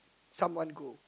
someone who